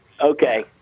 Okay